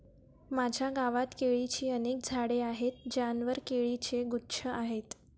माझ्या गावात केळीची अनेक झाडे आहेत ज्यांवर केळीचे गुच्छ आहेत